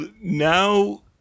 now